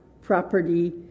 property